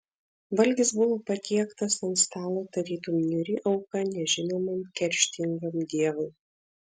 valgis buvo patiektas ant stalo tarytum niūri auka nežinomam kerštingam dievui